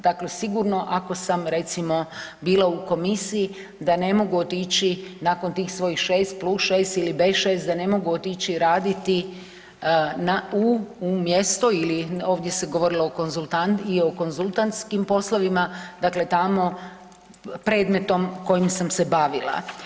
Dakle, sigurno ako sam recimo bila u komisiji da ne mogu otići nakon tih svojih 6 + 6 ili bez 6 da ne mogu otići raditi na, u mjesto ili ovdje se govorilo i o konzultantskim poslovima, dakle tamo predmetom kojim sam se bavila.